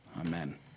Amen